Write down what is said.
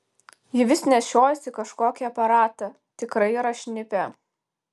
ji vis nešiojasi kažkokį aparatą tikrai yra šnipė